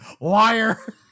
Liar